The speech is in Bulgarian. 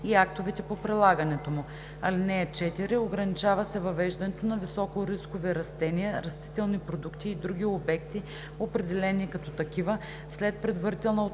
му. (4) Ограничава се въвеждането на високорискови растения, растителни продукти и други обекти, определени като такива след предварителна оценка